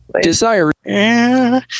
Desire